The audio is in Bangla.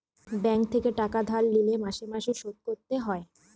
ব্যাঙ্ক থেকে টাকা ধার লিলে মাসে মাসে শোধ করতে হয়